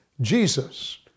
Jesus